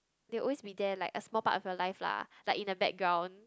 they always be there like a small part of your life lah like in a background